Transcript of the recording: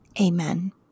amen